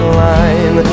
line